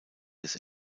des